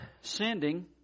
sending